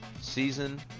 season